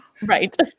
Right